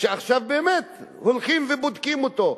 שעכשיו באמת הולכים ובודקים אותו,